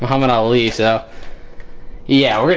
i'm humming. i'll leave so yeah,